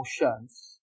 emotions